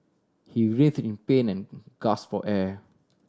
he writhe in pain and gasp for air